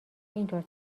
اینطور